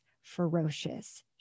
ferocious